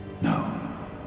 No